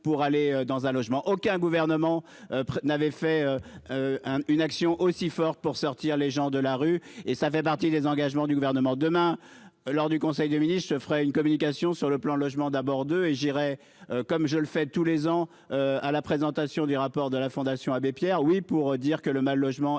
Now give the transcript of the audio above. pour aller dans un logement aucun gouvernement. N'avait fait. Un une action aussi forte pour sortir les gens de la rue et ça fait partie des engagements du gouvernement demain lors du conseil des ministres se fera une communication sur le plan logement d'abord de et, je dirais, comme je le fais tous les ans à la présentation du rapport de la Fondation Abbé Pierre. Oui pour dire que le mal logement est